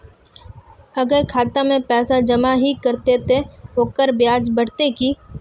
अगर खाता में पैसा जमा ही रहते ते ओकर ब्याज बढ़ते की?